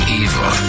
evil